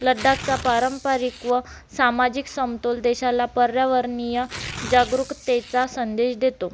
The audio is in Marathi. लड्डाखचा पारंपरिक व सामाजिक समतोल देशाला पर्यावरणीय जागरूकतेचा संदेश देतो